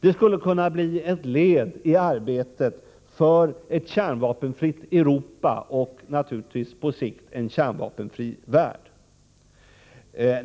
Det skulle kunna bli ett led i arbetet för ett kärnvapenfritt Europa och naturligtvis på sikt en kärnvapenfri värld.